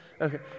Okay